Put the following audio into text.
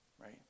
right